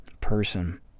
person